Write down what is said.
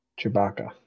Chewbacca